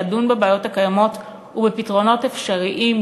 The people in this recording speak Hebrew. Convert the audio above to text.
לדון בבעיות הקיימות ובפתרונות אפשריים,